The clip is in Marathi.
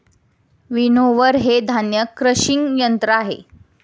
विनोव्हर हे धान्य क्रशिंग यंत्र आहे